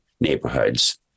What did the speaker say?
neighborhoods